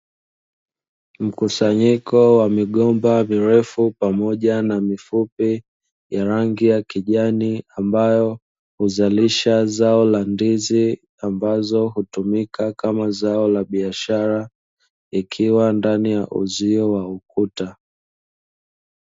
Mkusanyiko wa migomba mirefu pamoja na mifupi ya rangi ya kijani, ambayo huzalisha zao la ndizi ambazo hutumika kama zao la biashara, ikiwa ndani ya uzio wa ukuta.